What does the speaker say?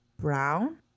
Brown